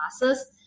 classes